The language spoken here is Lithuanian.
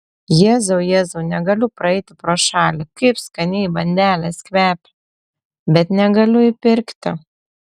jėzau jėzau negaliu praeiti pro šalį kaip skaniai bandelės kvepia bet negaliu įpirkti